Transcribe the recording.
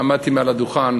עמדתי על הדוכן